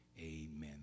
Amen